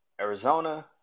Arizona